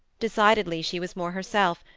decidedly she was more herself,